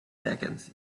vacancy